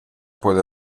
puede